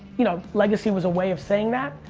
you know legacy was a way of saying that,